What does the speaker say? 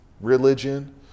religion